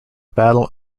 battle